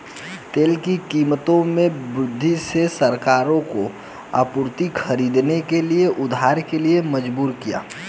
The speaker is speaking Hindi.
तेल की कीमतों में वृद्धि ने सरकारों को आपूर्ति खरीदने के लिए उधार के लिए मजबूर किया